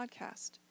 podcast